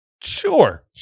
sure